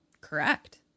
Correct